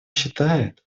считает